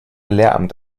lehramt